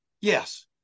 yes